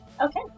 okay